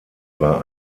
war